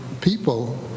people